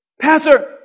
Pastor